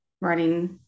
running